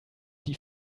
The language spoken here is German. die